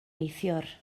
neithiwr